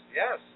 yes